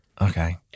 Okay